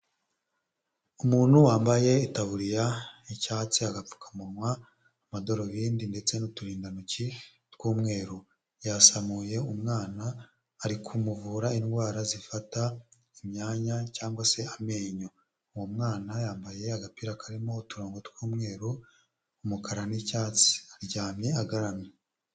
Umuntu wambaye itaburiya y'icyatsi, agapfukamunwa, amadarubindi ndetse n'uturindantoki tw'umweru yasamuye umwana ari kumuvura indwara zifata imyanya cyangwa se amenyo, uwo mwana yambaye agapira karimo uturongo tw'umweru, umukara n'icyatsi aryamye agaramye.